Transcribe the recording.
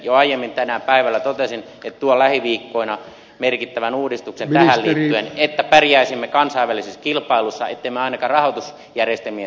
jo aiemmin tänään päivällä totesin että tuon lähiviikkoina merkittävän uudistuksen tähän liittyen että pärjäisimme kansainvälisessä kilpailussa ilman että rahoitus järjestämiin